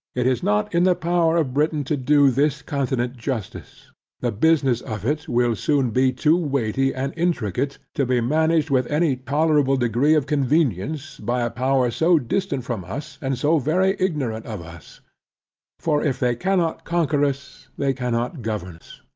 it is not in the power of britain to do this continent justice the business of it will soon be too weighty, and intricate, to be managed with any tolerable degree of convenience, by a power, so distant from us, and so very ignorant of us for if they cannot conquer us, they cannot govern us.